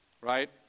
Right